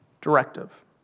directive